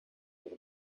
ihre